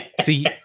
see